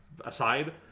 aside